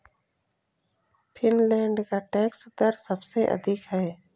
Finland का tax दर सबसे अधिक है